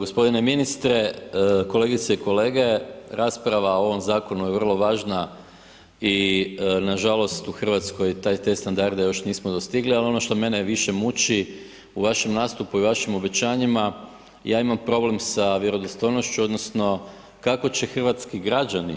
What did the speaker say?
Gospodine ministre, kolegice i kolege, rasprava o ovom Zakonu je vrlo važna i nažalost u RH te standarde još nismo dostigli, al ono što mene više muči, u vašem nastupu i vašim obećanjima, ja imam problem sa vjerodostojnošću odnosno kako će hrvatski građani